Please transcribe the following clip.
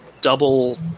double